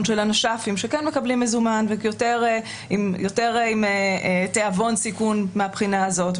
של הנש"פים שכן מקבלים מזומן ויותר עם תיאבון סיכון מהבחינה הזאת,